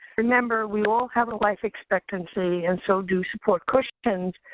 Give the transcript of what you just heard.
remember, we all have a life expectancy, and so do support cushions.